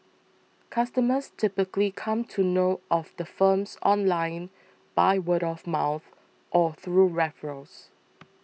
customers typically come to know of the firms online by word of mouth or through referrals